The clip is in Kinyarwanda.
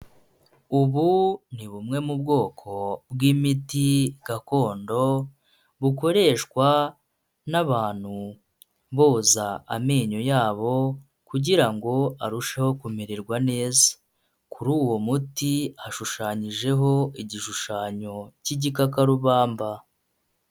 ubu ni bumwe mu bwoko bw'imiti gakondo bukoreshwa n'abantu boza amenyo yabo kugira ngo arusheho kumererwa neza kuri uwo muti hashushanyijeho igishushanyo cy'igikarubamba.